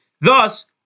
Thus